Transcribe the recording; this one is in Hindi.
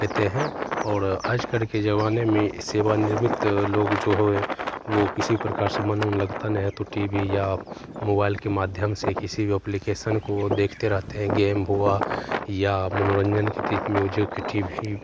देते हैं और आजकल के ज़माने में सेवानिवृत्त लोग जो हुए वह किसी प्रकार से मन उन लगता नहीं है तो टी वी या मोबाइल के माध्यम से किसी भी एप्लिकेशन को देखते रहते हैं गेम हुआ या मनोरन्जन जोकि टी वी भी